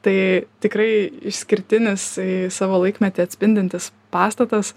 tai tikrai išskirtinis savo laikmetį atspindintis pastatas